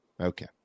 Okay